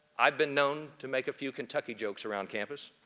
i've been known to make a few kentucky jokes around campus.